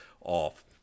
off